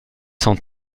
cent